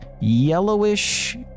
yellowish